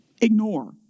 ignore